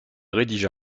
rédigea